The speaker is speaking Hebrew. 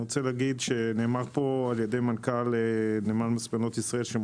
נאמר פה על-ידי מנכ"ל נמל מספנות ישראל שהם